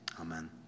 Amen